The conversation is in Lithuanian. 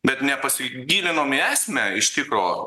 bet nepasigilinom į esmę iš tikro